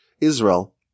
Israel